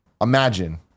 Imagine